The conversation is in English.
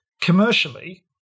Commercially